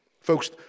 Folks